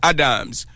Adams